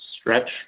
stretch